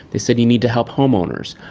they said you need to help homeowners.